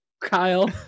Kyle